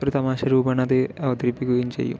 ഒരു തമാശ രൂപേണ അത് അവതരിപ്പിക്കുകയും ചെയ്യും